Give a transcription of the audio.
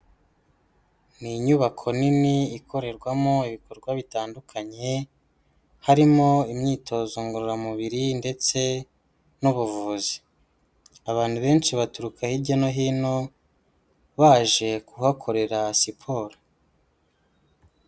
Ni inyubako nini ikorerwamo ibikorwa bitandukanye, harimo imyitozo ngororamubiri ndetse n'ubuvuzi. Abantu benshi baturuka hirya no hino baje kuhakorera siporo.